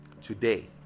today